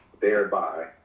thereby